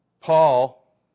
Paul